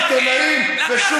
לסיום אני אגיד לכם, תודה.